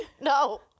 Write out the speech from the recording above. No